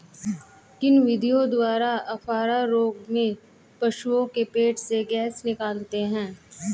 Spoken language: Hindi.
किन विधियों द्वारा अफारा रोग में पशुओं के पेट से गैस निकालते हैं?